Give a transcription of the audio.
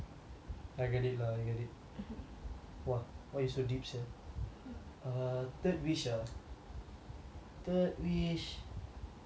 I get it lah I get it !wah! why you so deep sia uh third wish ah third wish